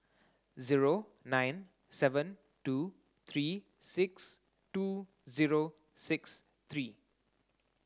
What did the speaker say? zero nine seven two three six two zero six three